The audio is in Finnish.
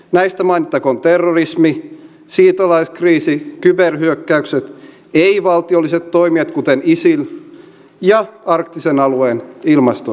näistä mainittakoon terrorismi siirtolaiskriisi kyberhyökkäykset ei valtiolliset toimijat kuten isil ja arktisen alueen ilmaston muutos